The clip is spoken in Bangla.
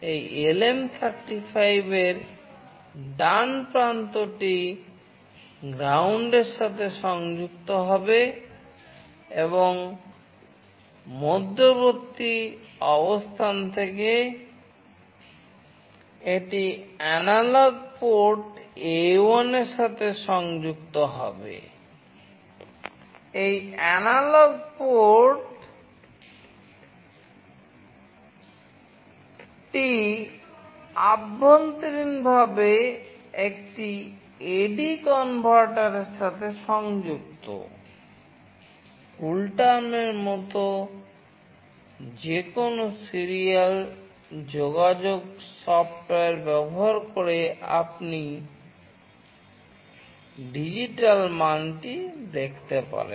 এই LM35 এর ডান প্রান্তটি গ্রাউন্ড ব্যবহার করে আপনি ডিজিটাল মানটি দেখতে পারেন